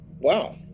Wow